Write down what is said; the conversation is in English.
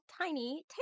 Tiny